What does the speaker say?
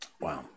Wow